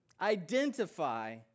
identify